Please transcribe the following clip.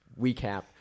recap